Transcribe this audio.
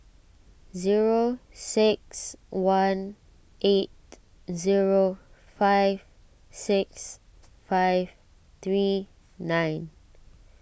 zero six one eight zero five six five three nine